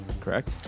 correct